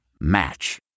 Match